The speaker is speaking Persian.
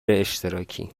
اشتراکی